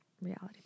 reality